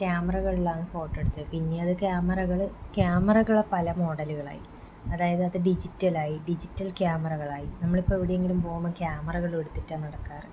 ക്യാമറകളിലാണ് photo എടുത്ത് പിന്നീട് ക്യാമറകൾ ക്യാമറകൾ പല മോഡലുകളായി അതായത് അത് ഡിജിറ്റലായി ഡിജിറ്റൽ ക്യാമറകളായി നമ്മളിപ്പോൾ എവിടെയെങ്കിലും പോകുമ്പോൾ ക്യാമറകളും എടുത്തിട്ടാണ് നടക്കാറ്